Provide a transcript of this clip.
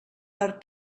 per